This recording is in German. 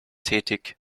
tätig